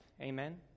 Amen